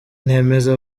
nemeza